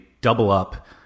double-up